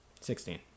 Sixteen